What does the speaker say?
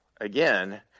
again